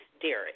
Derek